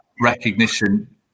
recognition